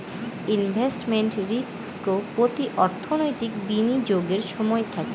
investment risk প্রতি অর্থনৈতিক বিনিয়োগের সময় থাকে